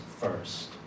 first